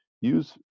use